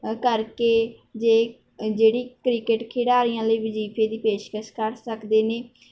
ਕਰਕੇ ਜੇ ਜਿਹੜੀ ਕ੍ਰਿਕਟ ਖਿਡਾਰੀਆਂ ਲਈ ਵਜ਼ੀਫੇ ਦੀ ਪੇਸ਼ਕਸ਼ ਕਰ ਸਕਦੇ ਨੇ